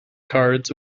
cards